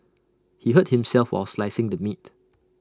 he hurt himself while slicing the meat